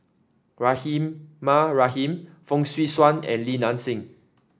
Rahimah Rahim Fong Swee Suan and Li Nanxing